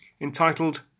entitled